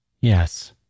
yes